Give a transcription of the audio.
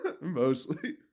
Mostly